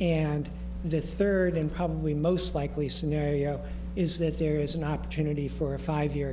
and the third and probably most likely scenario is that there is an opportunity for a five year